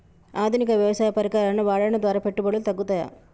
ఆధునిక వ్యవసాయ పరికరాలను వాడటం ద్వారా పెట్టుబడులు తగ్గుతయ?